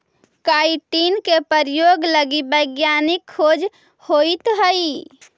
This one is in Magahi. काईटिन के प्रयोग लगी वैज्ञानिक खोज होइत हई